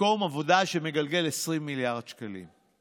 מקום עבודה שמגלגל 20 מיליארד שקלים.